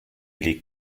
les